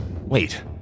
Wait